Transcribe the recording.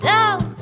Down